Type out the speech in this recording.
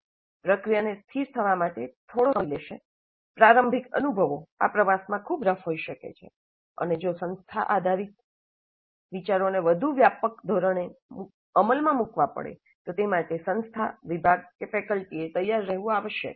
પ્રક્રિયાને સ્થિર થવા માટે થોડો સમય લેશે પ્રારંભિક દિવસો આ પ્રવાસમાં ખૂબ રફ હોઈ શકે છે અને જો સંસ્થા આધારિત વિચારોને વધુ વ્યાપક ધોરણે અમલમાં મૂકવા પડે તો તે માટે સંસ્થા વિભાગ ફેકલ્ટીએ તૈયાર રહેવું આવશ્યક છે